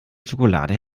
schokolade